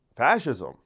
fascism